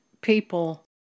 people